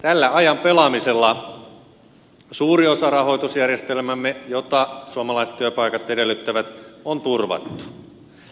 tällä ajan pelaamisella suuri osa rahoitusjärjestelmäämme jota suomalaiset työpaikat edellyttävät on turvattu